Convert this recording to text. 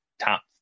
top